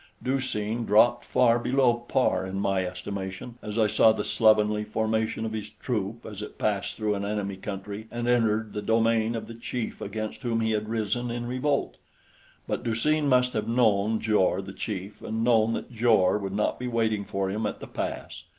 du-seen dropped far below par in my estimation as i saw the slovenly formation of his troop as it passed through an enemy country and entered the domain of the chief against whom he had risen in revolt but du-seen must have known jor the chief and known that jor would not be waiting for him at the pass.